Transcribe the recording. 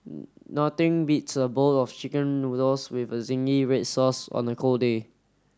nothing beats a bowl of chicken noodles with a zingy red sauce on a cold day